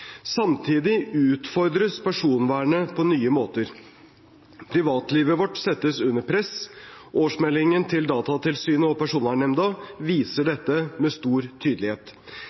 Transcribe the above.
Samtidig utfordres personvernet på nye måter. Privatlivet vårt settes under press. Årsmeldingene til Datatilsynet og Personvernnemnda viser dette med stor tydelighet.